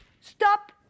stop